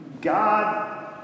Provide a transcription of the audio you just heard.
God